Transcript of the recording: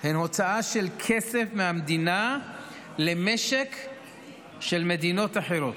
הן הוצאה של כסף מהמדינה למשק של מדינות אחרות.